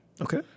Okay